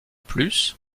plus